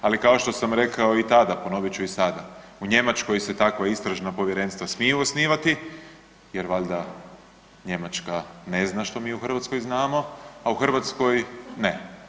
Ali kao što sam rekao i tada, ponovit ću i sada u Njemačkoj se takva istražna povjerenstva smiju osnivati jer valjda ne zna što mi u Hrvatskoj znamo, a u Hrvatskoj ne.